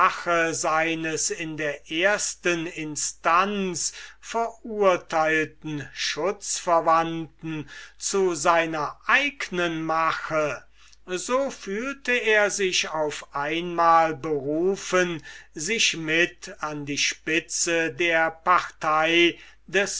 seines in der ersten instanz verurteilten schutzverwandten zu seiner eignen mache so fühlte er sich auf einmal berufen sich mit an die spitze der partei des